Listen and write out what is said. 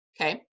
Okay